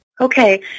Okay